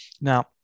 Now